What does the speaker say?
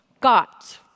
got